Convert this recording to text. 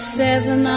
seven